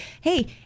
hey